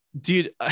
dude